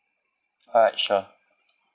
alright sure